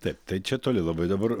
taip tai čia toli labai dabar